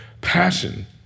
passion